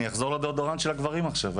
אני אחזור לדאודורנט של הגברים עכשיו.